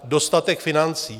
Dostatek financí.